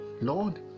Lord